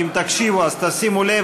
אם תקשיבו, אז תשימו לב.